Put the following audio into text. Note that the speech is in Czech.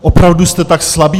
Opravdu jste tak slabí?